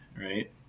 right